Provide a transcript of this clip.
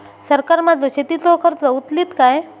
सरकार माझो शेतीचो खर्च उचलीत काय?